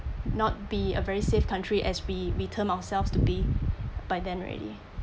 not be a very safe country as we termed ourselves to be by then already